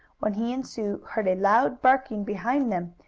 when he and sue heard a loud barking behind them,